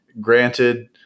granted